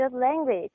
language